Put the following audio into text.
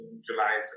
July